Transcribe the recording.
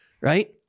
Right